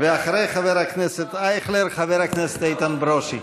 אחרי חבר הכנסת אייכלר, חבר הכנסת איתן ברושי.